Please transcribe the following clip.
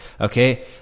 okay